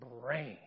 brain